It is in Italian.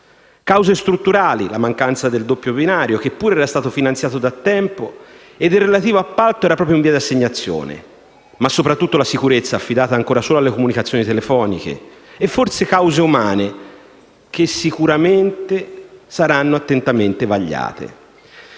Cause strutturali, come la mancanza del doppio binario (che pure era stato finanziato da tempo e il relativo appalto era proprio in via di assegnazione) e soprattutto la sicurezza, affidata ancora solo alle comunicazioni telefoniche, e forse cause umane, che saranno sicuramente attentamente vagliate.